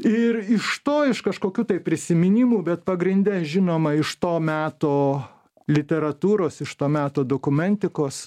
ir iš to iš kažkokių tai prisiminimų bet pagrinde žinoma iš to meto literatūros iš to meto dokumentikos